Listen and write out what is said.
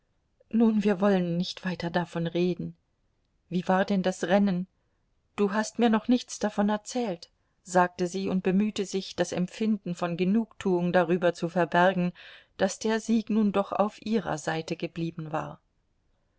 nun wir wollen nicht weiter davon reden wie war denn das rennen du hast mir noch nichts davon erzählt sagte sie und bemühte sich das empfinden von genugtuung darüber zu verbergen daß der sieg nun doch auf ihrer seite geblieben war